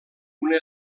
una